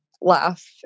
laugh